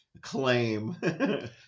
claim